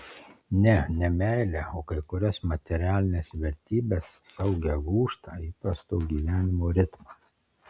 ne ne meilę o kai kurias materialines vertybes saugią gūžtą įprasto gyvenimo ritmą